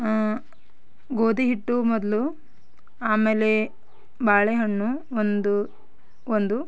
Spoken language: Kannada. ಗೋಧಿಹಿಟ್ಟು ಮೊದಲು ಆಮೇಲೆ ಬಾಳೆಹಣ್ಣು ಒಂದು ಒಂದು